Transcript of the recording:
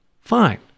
Fine